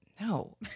No